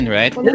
right